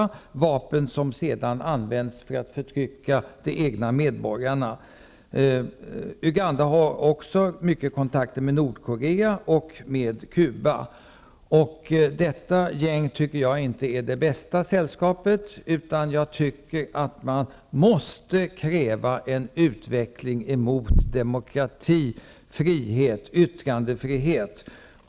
Det är vapen som sedan används för att förtrycka de egna medborgarna. Uganda har också många kontakter med Nordkorea och med Cuba. Jag tycker inte att det gänget är det bästa sällskapet, utan jag tycker att vi måste kräva en utveckling mot demokrati, frihet och yttrandefrihet.